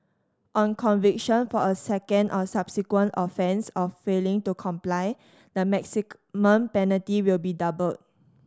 on conviction for a second or subsequent offence of failing to comply the maximum penalty will be doubled